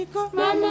Mama